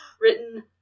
written